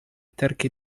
ترك